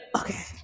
okay